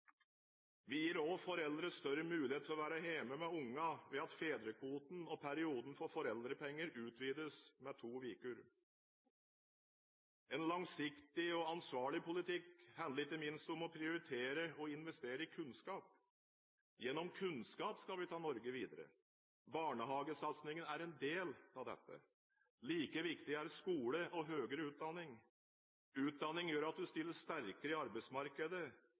Vi gir også foreldrene større mulighet til å være hjemme med ungene ved at fedrekvoten og perioden for foreldrepenger utvides med to uker. En langsiktig og ansvarlig politikk handler ikke minst om å prioritere og investere i kunnskap. Gjennom kunnskap skal vi ta Norge videre. Barnehagesatsingen er en del av dette. Like viktig er skole og høyere utdanning. Utdanning gjør at du stiller sterkere i arbeidsmarkedet.